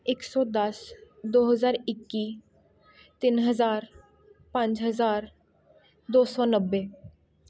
ਇੱਕ ਸੌ ਦਸ ਦੋ ਹਜ਼ਾਰ ਇੱਕੀ ਤਿੰਨ ਹਜ਼ਾਰ ਪੰਜ ਹਜ਼ਾਰ ਦੋ ਸੌ ਨੱਬੇ